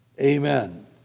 Amen